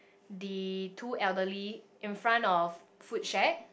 the two elderly in front of food shack